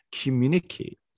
communicate